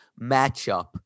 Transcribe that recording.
matchup